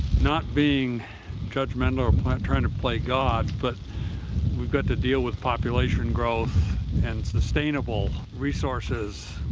not being judgmental or trying to play god, but we've got to deal with population growth and sustainable resources,